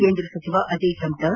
ಕೇಂದ್ರ ಸಚಿವ ಅಜಯ್ ಟಮ್ಟಾ